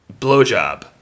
blowjob